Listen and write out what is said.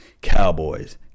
Cowboys